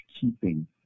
keeping